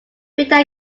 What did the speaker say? beta